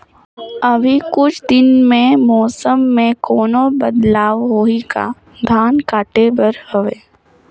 अभी कुछ दिन मे मौसम मे कोनो बदलाव होही का? धान काटे बर हवय?